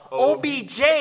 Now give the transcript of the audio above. OBJ